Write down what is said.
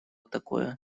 такое